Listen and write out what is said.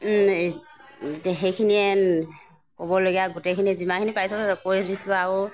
সেইখিনিয়ে ক'বলগীয়া গোটেইখিনি যিমানখিনি পাৰিছোঁ কৈ দিছোঁ আৰু